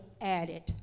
added